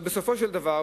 אבל בסופו של דבר,